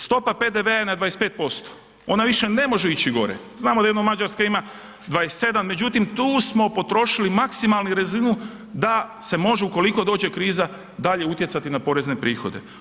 Stopa PDV-a je na 25% ona više ne može ići gore, znamo da jedna Mađarska ima 27 međutim tu smo potrošili maksimalnu razinu da se može ukoliko dođe kriza dalje utjecati na porezne prihode.